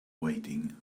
waiting